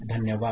धन्यवाद